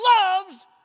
loves